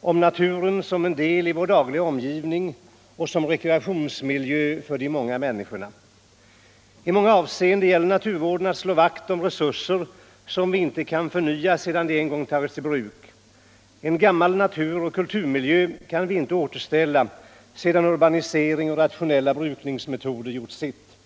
om naturen som en del av vår dagliga omgivning och som rekreationsmiljö för de många människorna. I många avseenden gäller det inom naturvården att slå vakt om resurser, som vi inte kan förnya sedan de en gång tagits i anspråk. En gammal naturoch kulturmiljö kan vi inte återställa, sedan urbanisering och rationella brukningsmetoder gjort sitt.